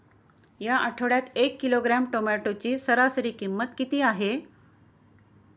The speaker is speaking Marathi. या आठवड्यात एक किलोग्रॅम टोमॅटोची सरासरी किंमत किती आहे?